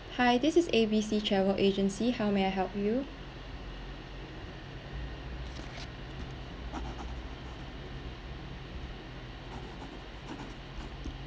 hi this is A_B_C travel agency how may I help you